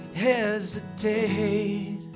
hesitate